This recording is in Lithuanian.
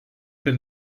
per